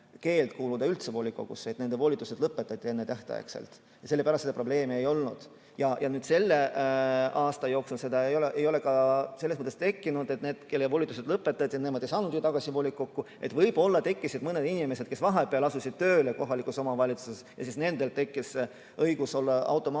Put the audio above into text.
keeld kuuluda üldse volikogusse. Nende volitused lõpetati ennetähtaegselt ja sellepärast seda probleemi ei olnud. Selle aasta jooksul ei ole seda ka selles mõttes tekkinud, et need, kelle volitused lõpetati, nemad ei saanud ju tagasi volikokku. Võib-olla on mõned inimesed, kes vahepeal asusid tööle kohalikus omavalitsuses, ja nendel tekkis õigus olla automaatselt